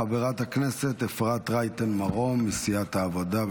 חברת הכנסת אפרת רייטן מרום מסיעת העבודה,